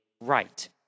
right